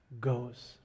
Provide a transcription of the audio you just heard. goes